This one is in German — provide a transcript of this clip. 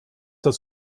das